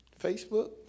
Facebook